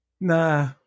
Nah